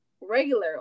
regular